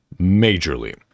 majorly